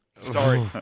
Sorry